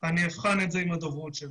אני אבחן את זה עם הדוברות שלנו.